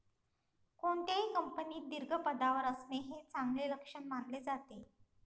कोणत्याही कंपनीत दीर्घ पदावर असणे हे चांगले लक्षण मानले जाते